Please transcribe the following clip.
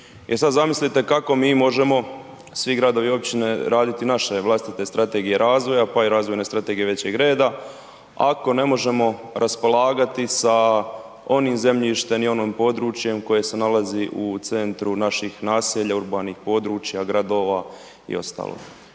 zamislite kako mi možemo, svi gradovi i općine raditi naše vlastite strategije razvoja, pa i razvojne strategije većeg reda ako ne možemo raspolagati sa onim zemljištem i onim područjem koje se nalazi u centru naših naselja, urbanih područja, gradova i ostalog.